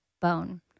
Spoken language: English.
bone